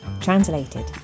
Translated